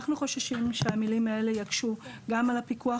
אנחנו חוששים שהמילים האלה יקשו גם על הפיקוח